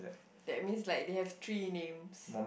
that means like they have three names